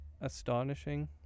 astonishing